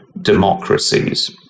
democracies